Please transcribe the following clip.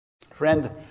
Friend